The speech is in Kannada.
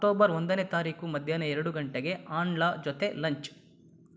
ಅಕ್ಟೋಬರ್ ಒಂದನೇ ತಾರೀಕು ಮಧ್ಯಾಹ್ನ ಎರಡು ಗಂಟೆಗೆ ಆನ್ಳ ಜೊತೆ ಲಂಚ್